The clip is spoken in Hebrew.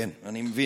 תודה רבה, אדוני.